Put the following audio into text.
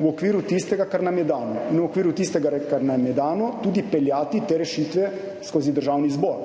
v okviru tistega, kar nam je dano. In v okviru tega, kar nam je dano, tudi peljati te rešitve skozi Državni zbor.